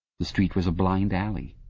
the street was a blind alley.